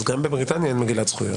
גם בבריטניה אין מגילת זכויות.